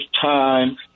time